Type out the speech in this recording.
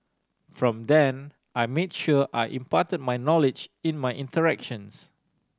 from then I made sure I imparted my knowledge in my interactions